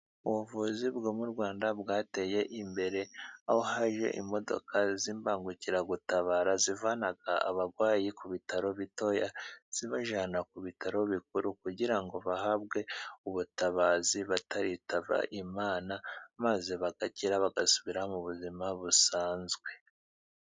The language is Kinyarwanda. Ubuvuzi bwo mu Rwanda bwateye imbere, aho haje imodoka z'imbangukiragutabara, zivana abarwayi ku bitaro bitoya zibajyana ku bitaro bikuru, kugira ngo bahabwe ubutabazi bataritaba Imana, maze bagakira bagasubira mu buzima busanzwe.